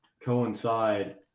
coincide